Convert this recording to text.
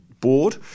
board